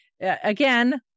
again